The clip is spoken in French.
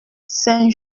saint